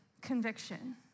conviction